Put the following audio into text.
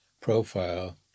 profile